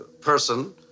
person